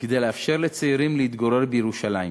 כדי לאפשר לצעירים להתגורר בירושלים.